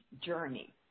journey